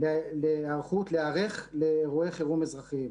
להיערך לאירועי חירום אזרחיים.